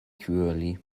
cruelly